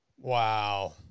Wow